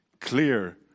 clear